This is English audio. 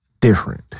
different